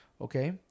Okay